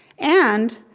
and,